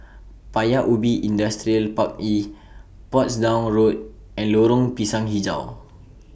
Paya Ubi Industrial Park E Portsdown Road and Lorong Pisang Hijau